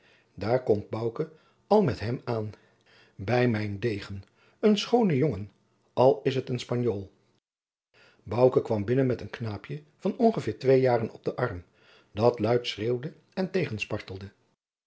daar komt bouke al met hem aan bij mijn degen een schoone jongen al is het een spanjool bouke kwam binnen met een knaapje van ongeveer twee jaren op den arm dat luid schreeuwde en